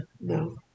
No